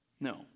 No